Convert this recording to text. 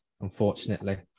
unfortunately